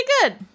good